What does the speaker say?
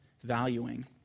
valuing